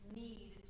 need